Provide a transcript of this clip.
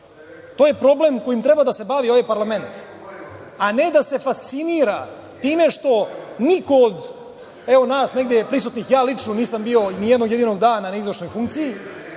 To je problem kojim treba da se bavi ovaj parlament, a ne da se fascinira time što niko od nas prisutnih, evo, ja lično nisam bio nijednog jedinog dana na izvršno funkciji.